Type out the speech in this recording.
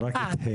הוא רק התחיל.